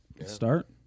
Start